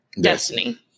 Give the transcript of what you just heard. Destiny